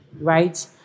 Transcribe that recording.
Right